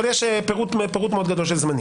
אבל יש פירוט גדול מאוד של זמנים.